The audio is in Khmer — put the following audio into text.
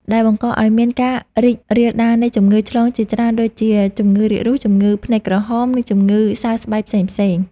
ដែលបង្កឱ្យមានការរីករាលដាលនៃជំងឺឆ្លងជាច្រើនដូចជា ជំងឺរាគរូស ជំងឺភ្នែកក្រហម និងជំងឺសើស្បែកផ្សេងៗ។